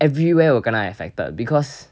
everywhere will kena affected because